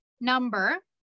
number